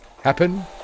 happen